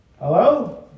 Hello